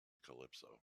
calypso